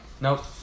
Nope